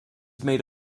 made